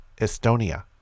Estonia